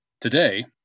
today